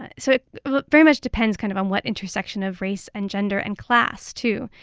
and so it very much depends kind of on what intersection of race and gender and class, too,